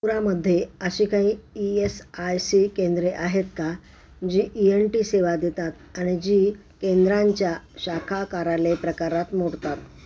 पुरामध्ये अशी काही ई एस आय सी केंद्रे आहेत का जी ई एन टी सेवा देतात आणि जी केंद्रांच्या शाखा कार्यालय प्रकारात मोडतात